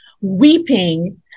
weeping